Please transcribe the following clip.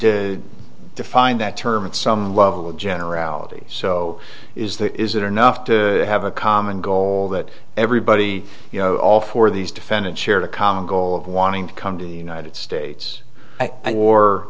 to define that term at some level of generality so is that is it or nuff to have a common goal that everybody you know all for these defendants shared a common goal of wanting to come to the united states or